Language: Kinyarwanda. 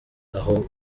aho